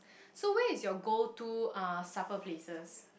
so where is your go to uh supper places